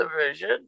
division